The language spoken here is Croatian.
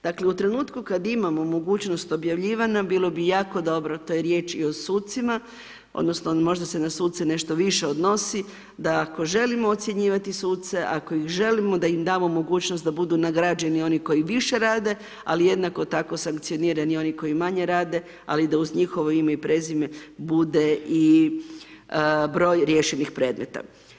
Dakle u trenutku kada imamo mogućnost objavljivanja bilo bi jako dobro, to je riječ i o sucima odnosno možda se na suce nešto više odnosi da ako želimo ocjenjivati suce, ako ih želimo da im damo mogućnost da budu nagrađeni oni koji više rade ali i jednako tako sankcionirani oni koji manje rade ali da uz njihovo ime i prezime bude i broj riješenih predmeta.